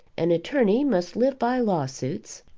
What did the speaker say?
an attorney must live by lawsuits,